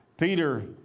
Peter